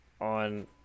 On